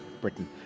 britain